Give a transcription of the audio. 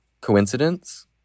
Coincidence